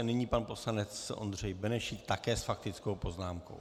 Nyní pan poslanec Ondřej Benešík, také s faktickou poznámkou.